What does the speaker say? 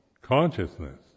consciousness